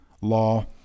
law